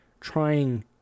trying